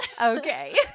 Okay